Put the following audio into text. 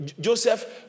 Joseph